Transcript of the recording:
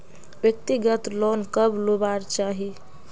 व्यक्तिगत लोन कब लुबार चही?